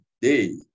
day